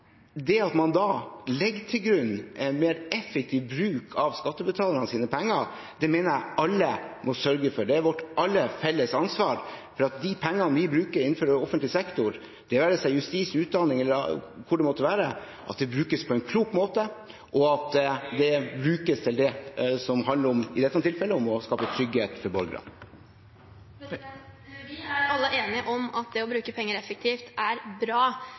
At man da legger til grunn en mer effektiv bruk av skattebetalernes penger, mener jeg er noe som alle må sørge for. Det er vårt felles ansvar at de pengene vi bruker innenfor offentlig sektor, det være seg i justissektoren, utdanningssektoren eller hvor det måtte være, brukes på en klok måte, og at de brukes til det som de skal – i dette tilfellet å skape trygghet for borgerne. Vi er alle enige om at det å bruke penger effektivt er bra,